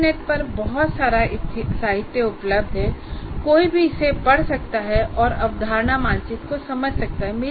internet पर बहुत सारा साहित्य उपलब्ध है कोई भी इसे पढ़ सकता है और अवधारणा मानचित्र को समझ सकता है